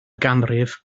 ganrif